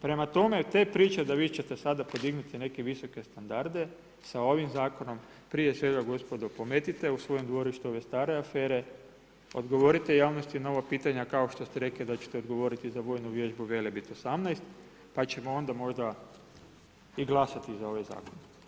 Prema tome, te priče da vi ćete sada podignuti neke visoke standarde, sa ovim zakonom, prije svega gospodo pometite u svojemu dvorištu, ove stare afere, odgovorite javnosti na ova pitanja, kao što ste rekli da ćete odgovoriti za vojnu vježbu Velebit 18 pa ćemo onda možda i glasati za ovaj zakon.